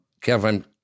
Kevin